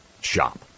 shop